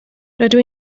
rydw